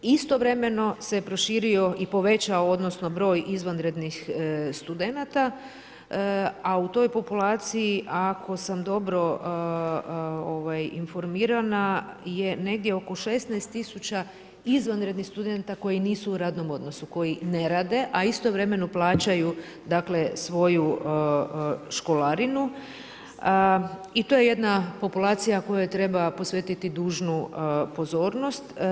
Istovremeno se proširio i povećao broj izvanrednih studenata, a u toj populaciji, ako sam dobro informirana, je negdje oko 16 000 izvanrednih studenata koji nisu u radnom odnosu, koji ne rade, a istovremeno plaćaju svoju školarinu i to je jedna populacija kojoj treba posvetiti dužnu pozornost.